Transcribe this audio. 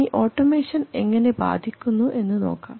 ഇനി ഓട്ടോമേഷൻ എങ്ങനെ ബാധിക്കുന്നു എന്ന് നോക്കാം